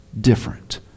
different